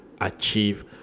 achieve